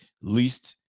least